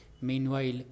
Meanwhile